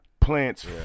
plants